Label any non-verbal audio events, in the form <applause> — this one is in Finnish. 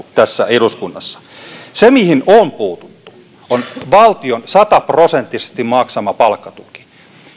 <unintelligible> tässä eduskunnassa se mihin on puututtu on valtion sata prosenttisesti maksama palkkatuki